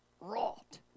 wrought